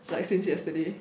like since yesterday